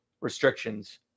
restrictions